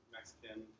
Mexican